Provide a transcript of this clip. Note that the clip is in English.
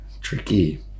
Tricky